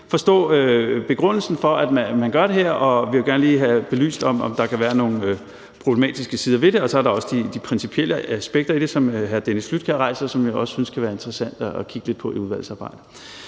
forstå begrundelsen for, at man gør det her, og hvor vi gerne vil have belyst, om der kan være nogle problematiske sider ved det, og så er der også de principielle aspekter i det, som hr. Dennis Flydtkjær rejser, og som jeg også synes kan være interessante at kigge lidt på i udvalgsarbejdet.